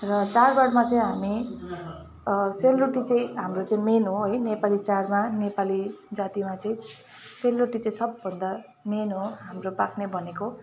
र चाडबाडमा चाहिँ हामी सेलरोटी चाहिँ हाम्रो चाहिँ मेन हो है नेपाली चाडमा नेपाली जातिमा चाहिँ सेलरोटी चाहिँ सबभन्दा मेन हो हाम्रो पाक्ने भनेको